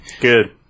Good